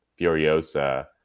furiosa